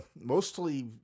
mostly